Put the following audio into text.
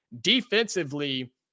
defensively